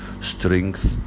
strength